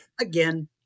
Again